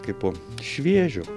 kaipo šviežio